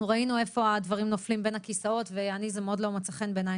ראינו איפה הדברים נופלים בין הכיסאות ואני זה מאוד לא מצא חן בעייני.